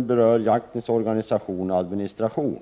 berör jaktens organisation och administration.